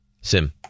Sim